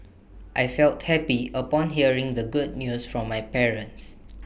I felt happy upon hearing the good news from my parents